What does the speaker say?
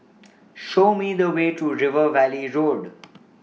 Show Me The Way to River Valley Road